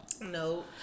no